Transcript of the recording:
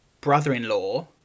brother-in-law